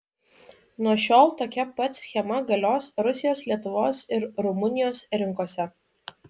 nuo šiol tokia pat schema galios rusijos lietuvos ir rumunijos rinkose